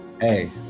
hey